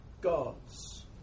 gods